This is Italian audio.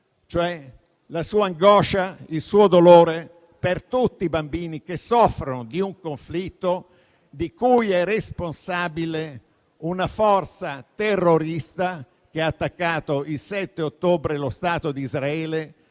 la sua angoscia e il suo dolore per tutti i bambini che soffrono di un conflitto di cui è responsabile una forza terrorista che ha attaccato il 7 ottobre lo Stato di Israele